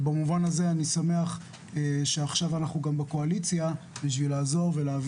ובמובן הזה אני שמח שעכשיו אנחנו גם בקואליציה בשביל לעזור ולהביא